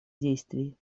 действий